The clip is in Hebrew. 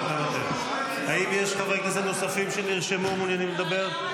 --- האם יש חברי כנסת נוספים שנרשמו ומעוניינים לדבר?